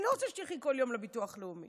אני לא רוצה שתלכי כל יום לביטוח הלאומי.